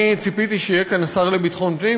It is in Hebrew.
אני ציפיתי שיהיה כאן השר לביטחון פנים,